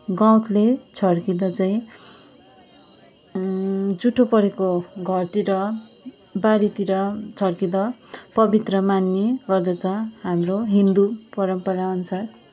गउँतले छर्किँदा चाहिँ जुठो परेको घरतिर बारीतिर छर्किँदा पवित्र मान्ने गर्दछ हाम्रो हिन्दू परम्परा अनुसार